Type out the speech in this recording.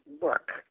work